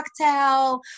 cocktail